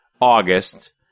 August